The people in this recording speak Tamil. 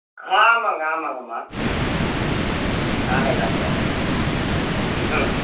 ஆமாம்ங்க ஆமாங்கம்மா நானே தானுங்க ம்